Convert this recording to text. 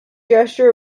gesture